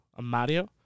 Amario